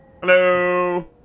Hello